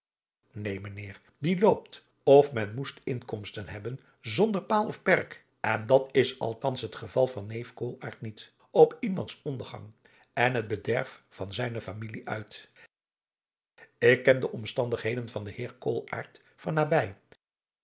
neen mijnheer die loopt of men moest inkomsten hebben zonder paal of perk en dat is althans het geval van neef koolaart niet op iemands ondergang en adriaan loosjes pzn het leven van johannes wouter blommesteyn het bederf van zijne familie uit ik ken de omstandigheden van den heer koolaart van nabij